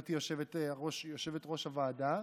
גברתי יושבת-ראש הוועדה